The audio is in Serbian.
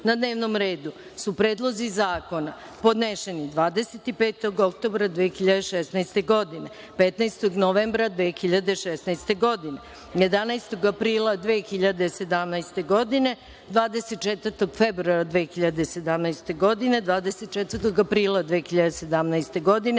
dnevnom redu su predlozi zakona podneseni 25. oktobra 2016. godine, 15. novembra 2016, godine, 11. aprila 2017. godine, 24. februara 2017. godine, 24. aprila 2017. godine,